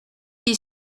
qui